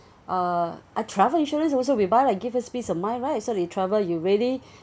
uh a travel insurance also we buy like give us peace of mind right so you travel you really